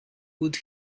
would